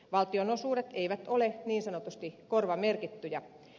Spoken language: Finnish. valtionosuudet eivät ole niin sanotusti korvamerkittyjä